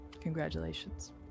Congratulations